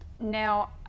Now